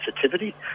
sensitivity